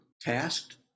tasked